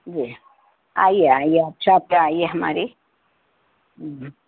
جی آئیے آئیے آپ شاپ پہ آئیے ہماری جی